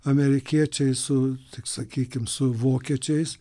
amerikiečiai su sakykim su vokiečiais